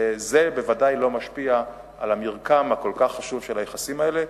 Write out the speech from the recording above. זה בוודאי לא משפיע על המרקם הכל-כך חשוב של היחסים האלה.